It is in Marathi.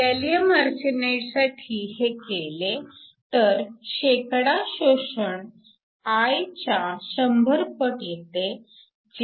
गॅलीअम आर्सेनाईडसाठी हे केले तर शोषण I च्या 100 पट येते